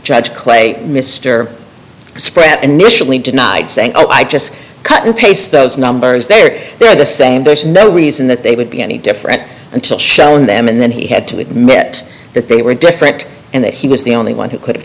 judge clay mr spratt initially denied saying oh i just cut and paste those numbers they are the same there's no reason that they would be any different until shown them and then he had to admit that they were different and that he was the only one who could cha